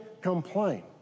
complain